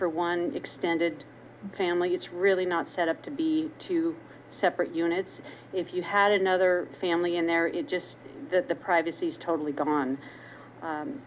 for one extended family it's really not set up to be two separate units if you had another family in there it's just that the privacy is totally gone